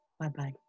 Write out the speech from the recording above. bye-bye